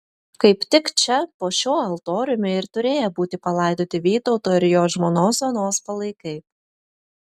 kaip tik čia po šiuo altoriumi ir turėję būti palaidoti vytauto ir jo žmonos onos palaikai